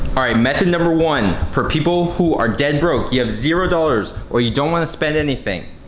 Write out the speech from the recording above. alright method number one for people who are dead broke. you have zero dollars or you don't wanna spend anything.